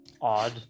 Odd